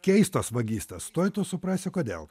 keistos vagystės tuoj tu suprasi kodėl